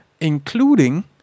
including